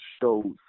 shows